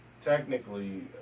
technically